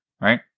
right